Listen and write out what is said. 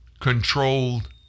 controlled